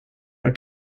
are